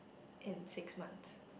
in six months